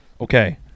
okay